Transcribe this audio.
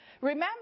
Remember